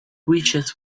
wishes